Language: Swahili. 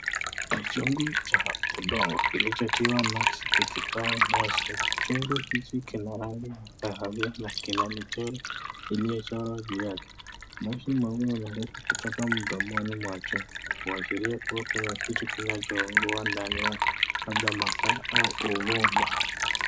Ni chungu cha udongo, kilisho tiwa nukshi kikitoa moshi, chungu hiki kina rangi ya kahawia na kina michoro iliyochorwa juu yake moshi unaweza kutoka mdomoni mwa chupa kuashiria kuna kitu kinachoungua ndani labda makaa au uvumba.